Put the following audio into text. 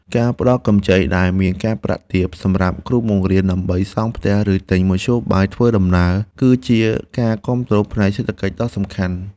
ការផ្តល់កម្ចីដែលមានការប្រាក់ទាបសម្រាប់គ្រូបង្រៀនដើម្បីសង់ផ្ទះឬទិញមធ្យោបាយធ្វើដំណើរគឺជាការគាំទ្រផ្នែកសេដ្ឋកិច្ចដ៏សំខាន់។